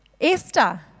Esther